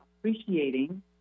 appreciating